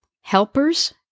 helpers